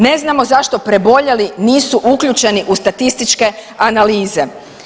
Ne znamo zašto preboljeli nisu uključeni u statističke analize.